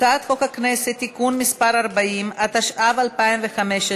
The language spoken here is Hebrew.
הצעת חוק הכנסת (תיקון מס' 40), התשע"ו 2015,